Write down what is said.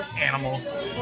Animals